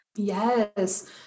Yes